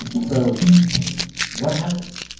so what happened?